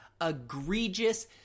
egregious